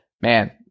Man